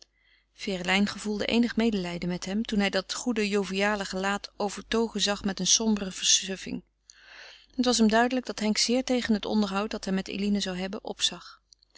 ferelijn gevoelde eenig medelijden met hem toen hij dat goede joviale gelaat overtogen zag met een sombere versuffing het was hem duidelijk dat henk zeer tegen het onderhoud dat hij met eline zou hebben opzag